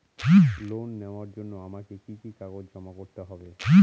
Loan নেওয়ার জন্য আমাকে কি কি কাগজ জমা করতে হবে?